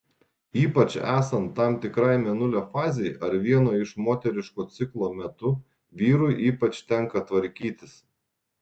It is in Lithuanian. ypač esant tam tikrai mėnulio fazei ar vieno iš moteriško ciklo metu vyrui ypač tenka tvarkytis